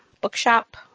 bookshop